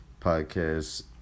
Podcast